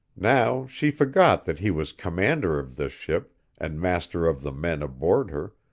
now she forgot that he was commander of this ship and master of the men aboard her,